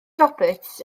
roberts